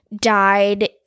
died